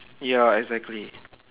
ya exactly